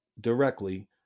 directly